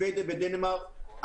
שבדיה ודנמרק,